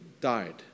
died